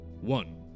One